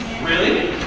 really?